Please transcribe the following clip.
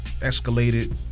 escalated